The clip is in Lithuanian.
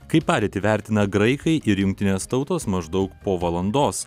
kaip padėtį vertina graikai ir jungtinės tautos maždaug po valandos